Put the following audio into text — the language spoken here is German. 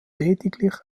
lediglich